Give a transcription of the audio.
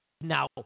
Now